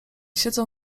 siedzę